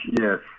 Yes